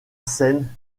scène